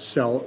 sell